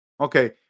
Okay